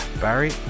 Barry